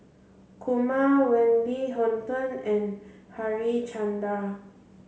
Kumar Wendy Hutton and Harichandra